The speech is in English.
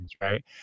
right